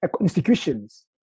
institutions